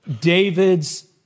david's